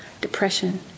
Depression